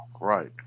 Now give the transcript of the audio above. Right